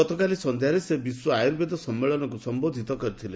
ଗତକାଲି ସନ୍ଧ୍ୟାରେ ସେ ବିଶ୍ୱ ଆୟୁର୍ବେଦ ସମ୍ମେଳନକୁ ସମ୍ଭୋଧିତ କରିଥିଲେ